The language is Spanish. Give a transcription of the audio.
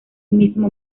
mismo